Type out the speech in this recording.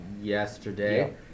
yesterday